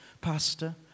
Pastor